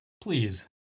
Please